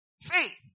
Faith